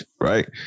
right